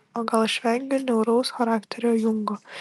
o gal aš vengiu niauraus charakterio jungo